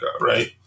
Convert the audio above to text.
right